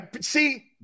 See